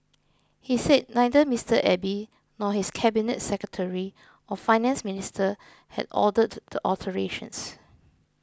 he said neither Mister Abe nor his cabinet secretary or Finance Minister had ordered the alterations